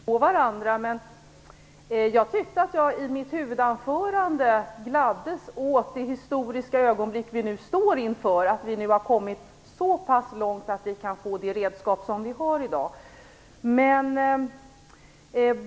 Herr talman! Jag tror att vi förstår varandra. Jag tyckte att jag i mitt huvudanförande framförde att jag gladdes åt att vi nu står inför ett historiskt ögonblick, att vi nu har kommit så långt att vi kan få de redskap som vi i dag får.